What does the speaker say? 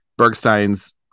Bergstein's